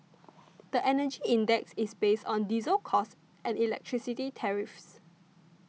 the Energy Index is based on diesel costs and electricity tariffs